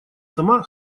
сама